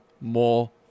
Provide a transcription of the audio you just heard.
more